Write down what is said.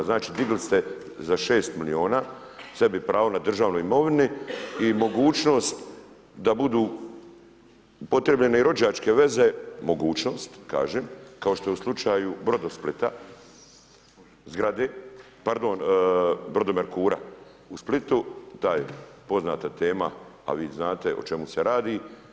Znači digli ste za 6 milijuna, sebi pravo na državnoj imovini i mogućnost, da budu upotrjebljene i rođačke veze, mogućnost, kažem, kao što je u slučaju Brodosplita, zgrade, pardon, Brodomerkura u Splitu, taj poznata tema, a vi znate o čemu se radi.